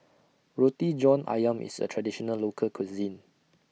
Roti John Ayam IS A Traditional Local Cuisine